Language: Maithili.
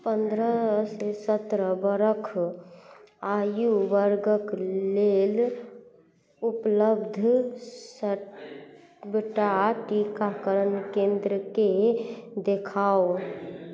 पन्द्रह से सत्रह बरख आयु वर्गक लेल उपलब्ध सबटा टीकाकरण केंद्रके देखाउ